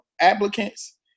applicants